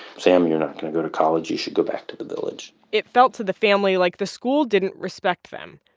sam, you're not going to go to college. you should go back to the village it felt to the family like the school didn't respect them.